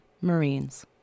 Marines